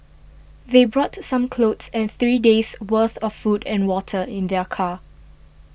they brought some clothes and three days' worth of food and water in their car